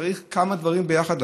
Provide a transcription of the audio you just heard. צריך לעשות כמה דברים ביחד.